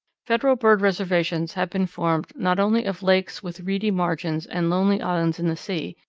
federal bird reservations have been formed not only of lakes with reedy margins and lonely islands in the sea,